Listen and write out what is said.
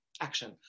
action